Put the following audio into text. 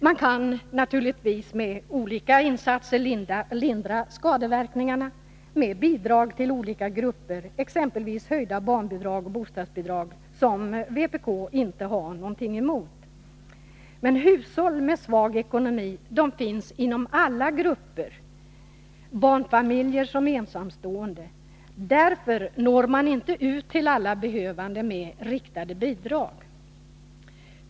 Man kan naturligtvis genom olika insatser lindra skadeverkningarna, t.ex. med bidrag till olika grupper, som höjda barnbidrag och bostadsbidrag, som vpk inte har någonting emot. Men hushåll med svag ekonomi finns inom alla grupper, såväl barnfamiljer som ensamstående, och därför når man inte ut till alla behövande med riktade bidrag.